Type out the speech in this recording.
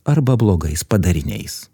arba blogais padariniais